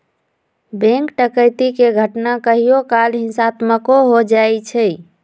bank डकैती के घटना कहियो काल हिंसात्मको हो जाइ छइ